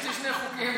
יש לי שני חוקים,